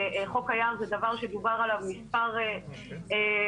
חוק היער זה דבר שדובר עליו מספר קדנציות,